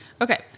Okay